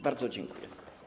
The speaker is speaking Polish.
Bardzo dziękuję.